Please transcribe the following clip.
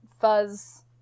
fuzz